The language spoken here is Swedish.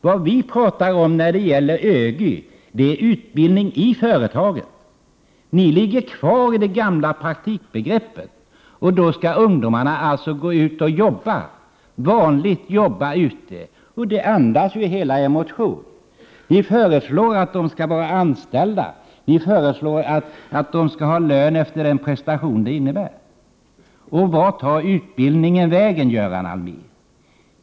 Vad vi åsyftar med ÖGY är utbildning i företaget. Ni håller fast vid det gamla praktikbegreppet. Det innebär att ungdomarna skall gå ut i vanliga jobb. Av detta andas hela er motion. Ni föreslår att ungdomarna skall vara anställda och att de skall ha lön efter den prestation de utför. Och vart tar utbildningen vägen, Göran Allmér?